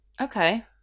okay